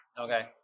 Okay